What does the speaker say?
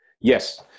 Yes